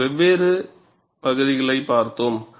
நாங்கள் வெவ்வேறு பகுதிகளைப் பார்த்தோம்